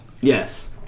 Yes